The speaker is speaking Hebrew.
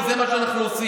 כי זה מה שאנחנו עושים,